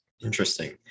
Interesting